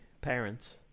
parents